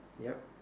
yup